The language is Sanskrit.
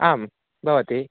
आं भवति